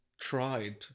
tried